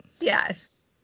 yes